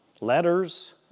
letters